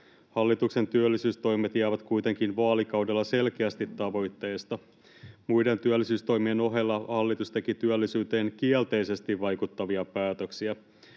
Hallituksen työllisyystoimet jäävät kuitenkin vaalikaudella selkeästi tavoitteista. Muiden työllisyystoimien ohella hallitus teki työllisyyteen kielteisesti vaikuttavia päätöksiä.